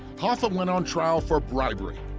hoffa went on trial for bribery.